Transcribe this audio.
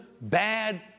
bad